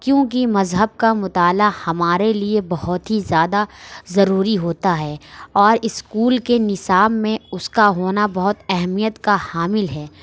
کیوں کی مذہب کا مطالعہ ہمارے لیے بہت ہی زیادہ ضروری ہوتا ہے اور اسکول کے نصاب میں اس کا ہونا بہت اہمیت کا حامل ہے